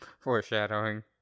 Foreshadowing